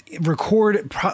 record